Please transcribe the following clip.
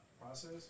process